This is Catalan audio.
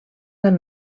del